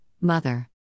mother